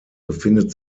befindet